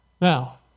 Now